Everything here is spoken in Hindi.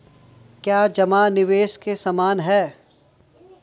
क्या जमा निवेश के समान है?